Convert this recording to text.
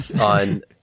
on